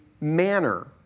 manner